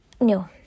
No